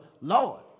Lord